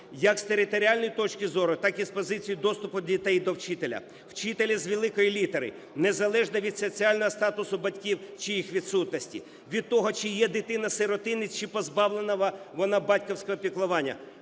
як з територіальної точки зору, так і з позиції доступу дітей до вчителя, вчителя з великої літери, незалежно від соціального статусу батьків чи їх відсутності; від того, чи є дитина сиротинець, чи позбавлена вона батьківського піклування.